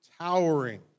towering